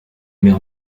mer